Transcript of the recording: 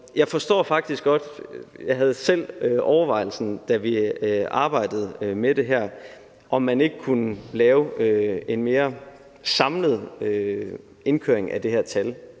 Jeg forstår det faktisk godt. Jeg havde selv overvejelsen, da vi arbejdede med det her, om man ikke kunne lave en mere samlet indkøring af det her tal